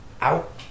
out